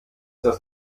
das